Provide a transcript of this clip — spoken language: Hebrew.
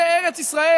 זאת ארץ ישראל.